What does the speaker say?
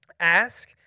Ask